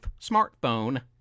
smartphone